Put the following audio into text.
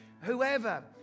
whoever